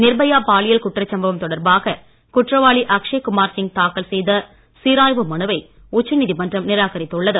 நிர்பயா பாலியல் குற்றச் சம்பவம் தொடர்பாக குற்றவாளி அக்ஷய் குமார் சிங் தாக்கல் செய்த சீராய்வு மனுவை உச்சநீதிமன்றம் நிராகரித்துள்ளது